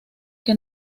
que